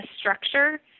structure